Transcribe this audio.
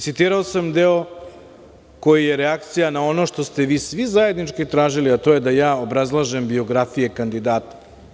Citirao sam i deo koji je reakcija na ono što ste vi svi zajednički tražili, a to je da ja obrazlažem biografije kandidata.